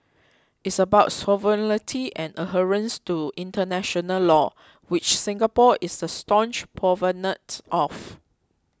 it's about sovereignty and adherence to international law which Singapore is a staunch proponent of